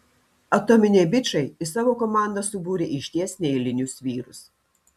atominiai bičai į savo komandą subūrė išties neeilinius vyrus